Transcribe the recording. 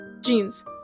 jeans